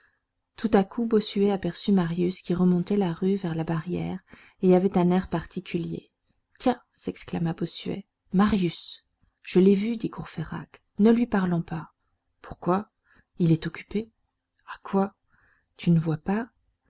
tout à coup bossuet aperçut marius qui remontait la rue vers la barrière et avait un air particulier tiens s'exclama bossuet marius je l'ai vu dit courfeyrac ne lui parlons pas pourquoi il est occupé à quoi tu ne vois donc pas